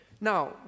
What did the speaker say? Now